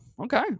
okay